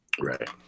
Right